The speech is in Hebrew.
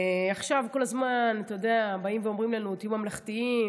עכשיו כל הזמן באים ואומרים לנו: תהיו ממלכתיים.